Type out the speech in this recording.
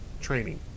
training